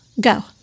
Go